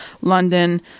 London